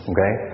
Okay